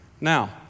Now